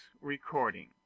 recording